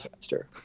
faster